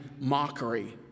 mockery